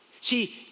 See